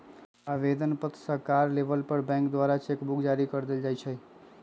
आवेदन पत्र सकार लेबय पर बैंक द्वारा चेक बुक जारी कऽ देल जाइ छइ